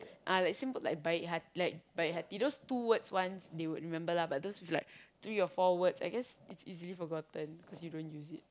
ah like simple like baik hati like baik hati those two words ones they would remember lah but those with like three or four words I guess it's easily forgotten cause you don't use it